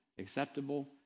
acceptable